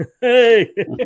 hey